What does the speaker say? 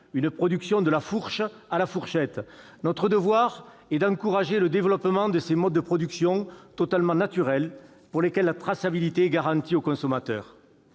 une production « de la fourche à la fourchette », notre devoir est d'encourager le développement de ces modes de production totalement naturels pour lesquels la traçabilité est garantie au consommateur.